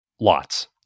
lots